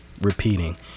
repeating